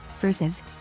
versus